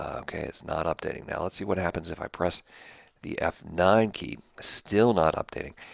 ok, it's not updating. now, let's see what happens if i press the f nine key, still not updating.